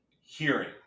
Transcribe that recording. Hearing